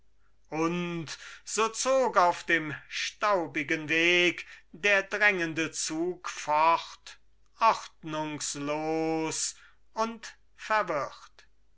und so zog auf dem staubigen weg der drängende zug fort ordnungslos und verwirrt